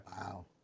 Wow